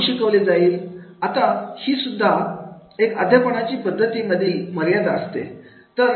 यामध्ये कमी शिकवले जाईल आता ही सुद्धा एक अध्यापन पद्धती मधील एक मर्यादा असते